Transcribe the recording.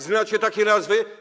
Znacie takie nazwy?